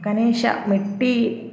गणेशमिट्टि